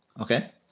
Okay